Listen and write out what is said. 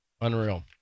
Unreal